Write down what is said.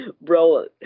bro